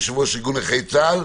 יושב-ראש ארגון נכי צה"ל.